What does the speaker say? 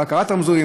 בקרת רמזורים,